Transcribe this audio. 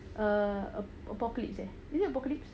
err apocalypse eh is it apocalypse